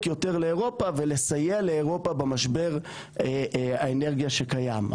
יותר לאירופה ולסייע לאירופה במשבר האנרגיה שקיים.